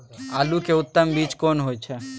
आलू के उत्तम बीज कोन होय है?